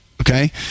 Okay